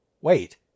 wait